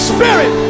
Spirit